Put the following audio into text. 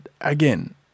again